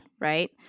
right